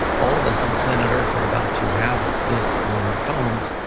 all of us on planet earth are about to have this on our phones.